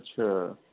اچھا